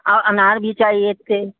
और अनार भी चाहिए थे